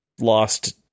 lost